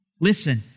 Listen